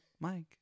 Mike